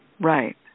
Right